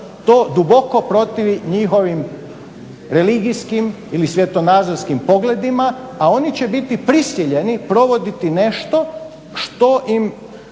to duboko protivi njihovim religijskim ili svjetonazorskim pogledima, a oni će biti prisiljeni provoditi nešto što im